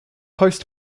post